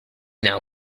now